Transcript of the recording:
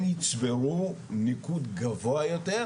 הם יצברו ניקוד גבוה יותר,